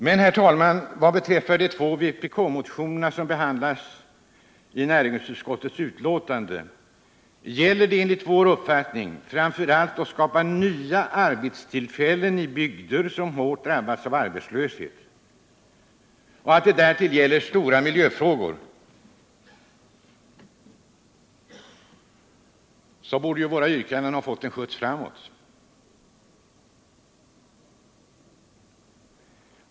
Men, herr talman, vad beträffar de två vpk-motionerna som behandlas i näringsutskottets betänkande gäller det enligt vår uppfattning framför allt att skapa nya arbetstillfällen i bygder som hårt har drabbats av arbetslöshet. Här rör det sig också om stora miljöfrågor. Våra yrkanden borde därför ha fått en skjuts framåt.